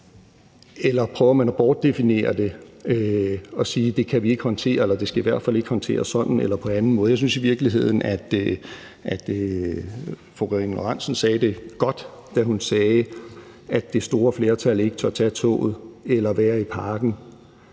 eller prøver man at bortdefinere det ved at sige, at det kan vi ikke håndtere, eller at det i hvert fald ikke skal håndteres sådan, eller på anden måde. Jeg synes i virkeligheden, at fru Karina Lorentzen Dehnhardt sagde det godt, da hun sagde, at det store flertal ikke tør tage toget eller være i parken,